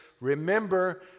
remember